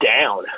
down